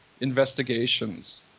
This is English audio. investigations